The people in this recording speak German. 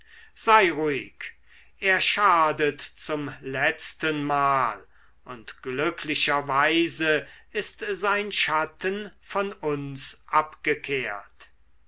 sei ruhig er schadet zum letztenmal und glücklicherweise ist sein schatten von uns abgekehrt